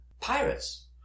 pirates